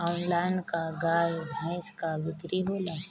Online का गाय भैंस क बिक्री होला?